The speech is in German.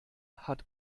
hat